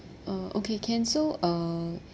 uh okay can so uh